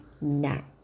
now